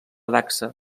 dacsa